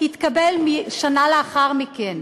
התקבל שנה לאחר מכן.